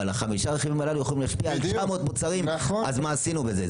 אבל החמישה רכיבים הללו יכולים להשפיע על 900 מוצרים אז מה עשינו בזה?